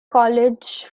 college